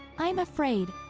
i am afraid.